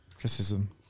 Criticism